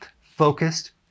focused